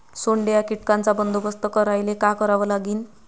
सोंडे या कीटकांचा बंदोबस्त करायले का करावं लागीन?